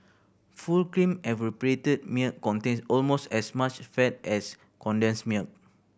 full cream evaporated milk contains almost as much fat as condensed milk